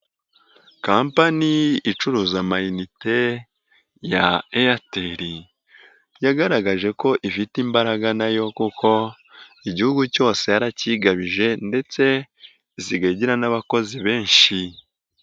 Kampani icuruza amayinite ya Airtel, yagaragaje ko ifite imbaraga na yo kuko igihugu cyose yarakigabije ndetse isigaye igira n'abakozi benshi.